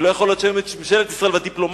ולא יכול להיות שהיום ממשלת ישראל והדיפלומטיה